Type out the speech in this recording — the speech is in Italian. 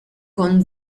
con